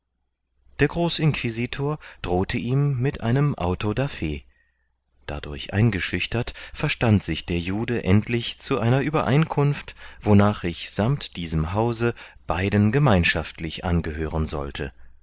der großinquisitor drohte ihm mit einem auto da fe dadurch eingeschüchtert verstand sich der jude endlich zu einer uebereinkunft wonach ich sammt diesem hause beiden gemeinschaftlich angehören sollte